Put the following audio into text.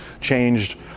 changed